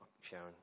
Sharon